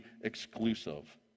exclusive